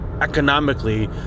economically